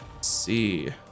see